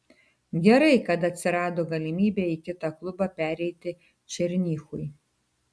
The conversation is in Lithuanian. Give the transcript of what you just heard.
gerai kad atsirado galimybė į kitą klubą pereiti černychui